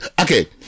Okay